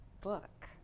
book